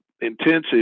intensive